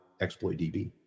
ExploitDB